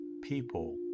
People